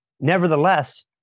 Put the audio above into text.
nevertheless